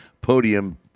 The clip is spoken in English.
podium